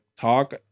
talk